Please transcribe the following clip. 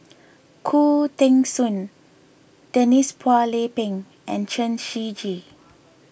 Khoo Teng Soon Denise Phua Lay Peng and Chen Shiji